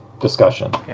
discussion